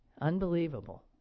Unbelievable